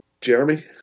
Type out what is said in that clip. jeremy